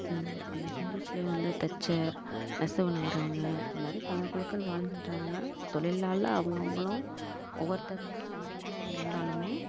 அந்த இந்துஸ்லேயே வந்து தச்சர் நெசவு நெய்கிறவங்க இதுமாதிரி பல குழுக்கள் வாழ்கின்றாங்க தொழிலால அவங்க அவங்களும் ஒவ்வொருத்தவங்களும் தனிதனியாக இருந்தாலுமே